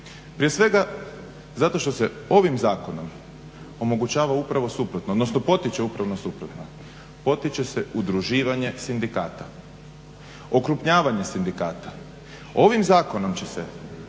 Prije svega, zato što se ovim zakonom omogućava upravo suprotno, odnosno potiče upravo suprotno, potiče se udruživanje sindikata, okrupnjavanje sindikata. Ovim zakonom će se